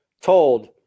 told